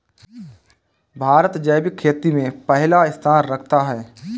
भारत जैविक खेती में पहला स्थान रखता है